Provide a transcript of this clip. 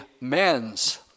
man's